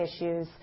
issues